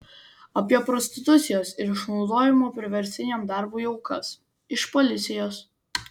apie prostitucijos ir išnaudojimo priverstiniam darbui aukas iš policijos